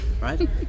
right